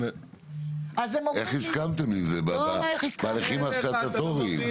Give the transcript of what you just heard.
איך הסכמתם עם זה בהליכים הסטטוטוריים?